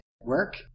work